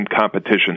competition